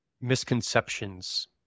misconceptions